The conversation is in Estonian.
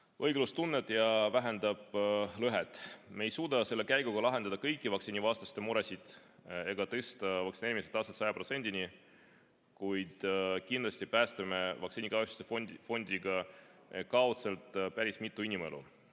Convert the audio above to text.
õiglustunnet ja vähendab lõhet. Me ei suuda selle käiguga lahendada kõiki vaktsiinivastaste muresid ega tõsta vaktsineerimise taset 100%‑ni, kuid kindlasti päästame vaktsiinikahjustuste fondiga kaudselt päris mitu inimelu.